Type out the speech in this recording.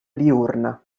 diurna